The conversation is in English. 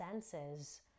senses